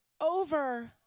over